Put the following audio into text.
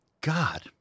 God